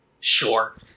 Sure